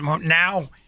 now